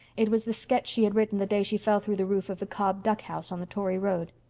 it was the sketch she had written the day she fell through the roof of the cobb duckhouse on the tory road.